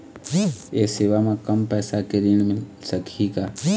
ये सेवा म कम पैसा के ऋण मिल सकही का?